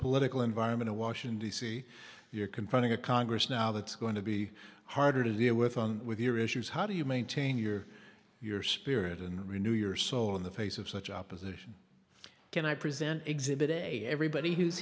political environment in washington d c you're confronting a congress now that's going to be harder to deal with on with your issues how do you maintain your your spirit and renew your soul in the face of such opposition can i present exhibit a everybody who's